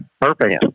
perfect